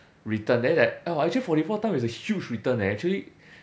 return then it's like oh actually forty four times is a huge return eh actually